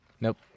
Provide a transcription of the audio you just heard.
Nope